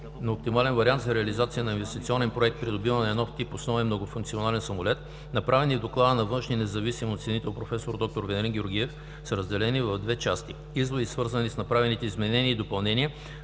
на оптимален вариант за реализация на инвестиционен проект „Придобиване на нов тип основен многофункционален самолет“, направени в доклада на външния независим оценител проф. д-р Венелин Георгиев, са разделени в две части – изводи, свързани с направените изменения и допълнения